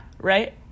Right